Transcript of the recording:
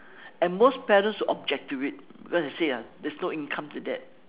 and most parents will object to it because you see ah there's no income to that